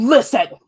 Listen